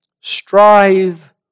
Strive